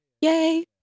Yay